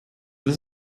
this